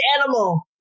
animal